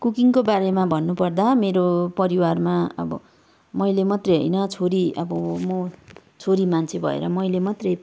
कुकिङको बारेमा भन्नुपर्दा मेरो परिवारमा अब मैले मात्रै होइन छोरी अब म छोरी मान्छे भएर मैले मात्रै